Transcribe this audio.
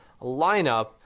lineup